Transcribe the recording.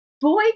boy